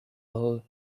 all